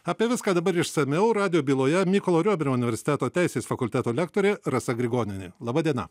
apie viską dabar išsamiau radijo byloje mykolo riomerio universiteto teisės fakulteto lektorė rasa grigonienė laba diena